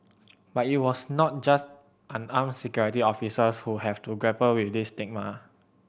but it was not just unarmed Security Officers who have to grapple with this stigma